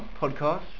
podcast